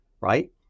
right